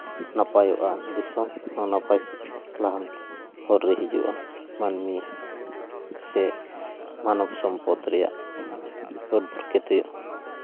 ᱱᱟᱯᱟᱭᱚᱜᱼᱟ ᱫᱤᱥᱚᱢ ᱦᱚᱸ ᱱᱟᱯᱟᱭ ᱞᱟᱦᱟᱱᱛᱤ ᱦᱚᱨ ᱨᱮ ᱦᱤᱡᱩᱜᱼᱟ ᱢᱟᱹᱱᱢᱤ ᱥᱮ ᱢᱟᱱᱚᱵ ᱥᱚᱢᱯᱚᱫ ᱨᱮᱭᱟᱜ ᱵᱟᱹᱰ ᱵᱚᱨᱠᱮᱛ ᱦᱩᱭᱩᱜᱼᱟ